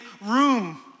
room